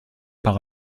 par